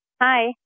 Hi